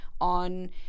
on